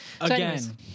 Again